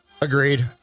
Agreed